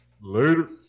Later